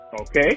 Okay